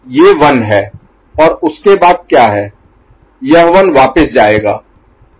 ये 1 हैं और उसके बाद क्या हैं यह 1 वापस जाएगा